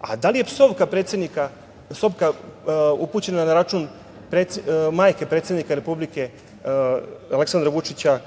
A, da li je psovka upućena na račun majke predsednika Republike Aleksandra Vučića,